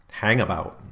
hangabout